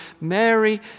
Mary